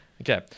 okay